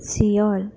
Seoul